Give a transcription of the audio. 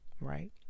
right